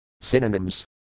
Synonyms